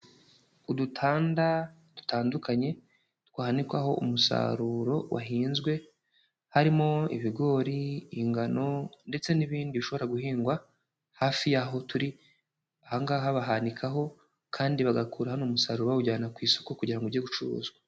Udutanda dutandukanye twanikwaho umusaruro wahinzwe, harimo ibigori, ingano ndetse n'ibindi bishobora guhingwa, hafi y'aho turi, aha ngaha bahanikaho kandi bagakura hano umusaruro bawujyana ku isoko, kugira ngo ujye gucuruzwa.